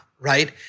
right